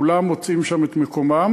כולם מוצאים שם את מקומם.